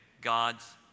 God's